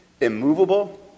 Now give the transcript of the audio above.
immovable